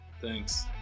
thanks